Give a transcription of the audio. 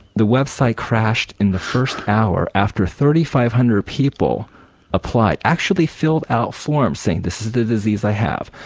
the website crashed in the first hour after three thousand five hundred people applied, actually filled out forms saying this is the disease i have.